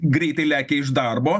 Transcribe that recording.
greitai lekia iš darbo